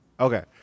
Okay